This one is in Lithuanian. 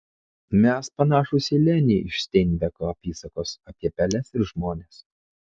mes panašūs į lenį iš steinbeko apysakos apie peles ir žmones